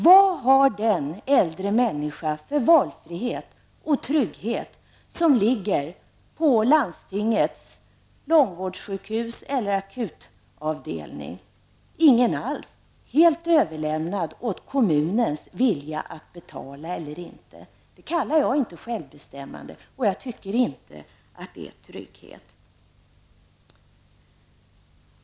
Vad har den äldre människa för valfrihet och trygghet som ligger på landstingets långvårdssjukhus eller på en akutavdelning? Ingen alls! Hon är helt överlämnad åt kommunens vilja att betala eller inte. Det kallar jag inte självbestämmande, och jag tycker inte att det är trygghet.